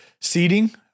seating